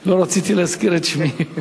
לא רציתי להזכיר את שמי.